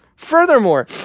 Furthermore